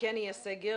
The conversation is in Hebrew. -- וכן יהיה סגר,